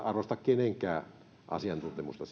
arvostaa kenenkään asiantuntemusta